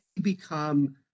become